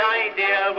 idea